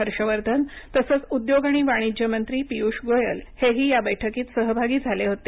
हर्षवर्धन तसंच उद्योग आणि वाणिज्य मंत्री पियूष गोयल हेही या बैठकीत सहभागी झाले होते